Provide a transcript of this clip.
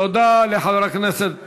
תודה לחבר הכנסת